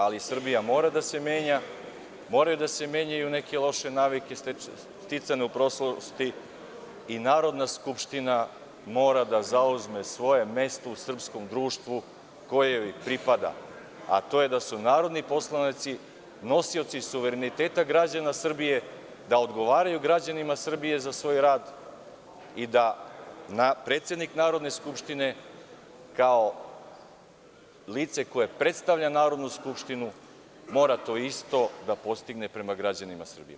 Ali, Srbija mora da se menja, moraju da se menjaju neke loše navike sticane u prošlosti i Narodna skupština mora da zauzme svoje mesto u srpskom društvu koje joj pripada, a to je da su narodni poslanici nosioci suvereniteta građana Srbije, da odgovaraju građanima Srbije za svoj rad i da predsednik Narodne skupštine kao lice koje predstavlja Narodnu skupštinu mora to isto da postigne prema građanima Srbije.